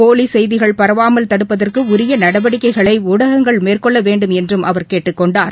போலி செய்திகள் பரவாமல் தடுப்பதற்கு உரிய நடவடிக்கைகளை ஊடகங்கள் மேற்கொள்ள வேண்டும் என்றும் அவர் கேட்டுக் கொண்டார்